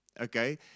okay